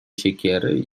siekiery